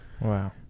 wow